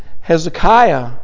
Hezekiah